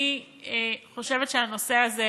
אני חושבת שהנושא הזה,